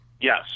Yes